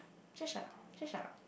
just shut up just shut up